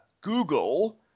Google